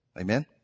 Amen